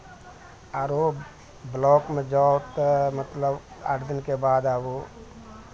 आरो ब्लॉकमे जाउ तऽ मतलब आठ दिनके बाद आबू